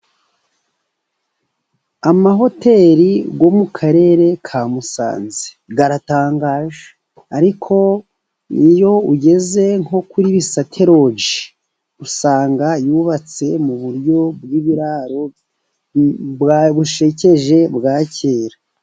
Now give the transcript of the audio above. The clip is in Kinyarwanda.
Amahoteri yo mu karere ka Musanze aratangaje. Ariko iyo ugeze nko kuri Bisate roji, usanga yubatse mu buryo bw'ibiraro, busekeje, bwa kera.